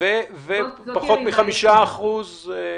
ופחות מ-5% איתור.